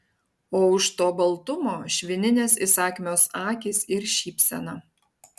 o už to baltumo švininės įsakmios akys ir šypsena